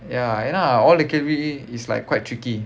ya and ah all கேள்வி:kelvi is like quite tricky